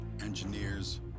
engineers